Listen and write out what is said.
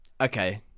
Okay